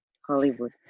Hollywood